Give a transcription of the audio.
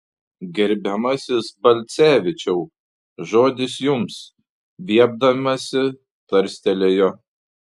gerbiamasis balcevičiau žodis jums viepdamasi tarstelėjo